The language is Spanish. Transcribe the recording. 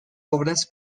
obras